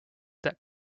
that